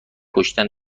گشتن